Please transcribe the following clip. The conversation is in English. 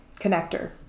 connector